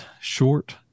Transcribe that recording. short